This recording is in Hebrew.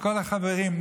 וכל החברים,